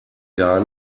gar